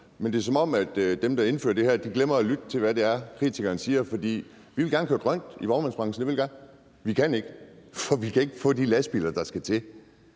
men det er, som om dem, der indfører det her, glemmer at lytte til, hvad det er, kritikerne siger: Vi vil gerne køre grønt i vognmandsbranchen. Det vil vi gerne. Vi kan ikke, for vi kan ikke få de lastbiler, der skal til.